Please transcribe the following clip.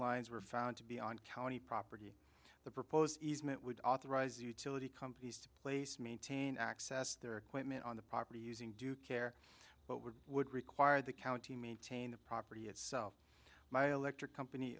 lines were found to be on county property the proposed easement would authorize utility companies to place maintain access their equipment on the property using due care but would would require the county maintain the property itself my electric company